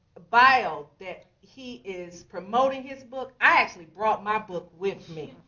bio that he is promoting his book. i actually brought my book with me.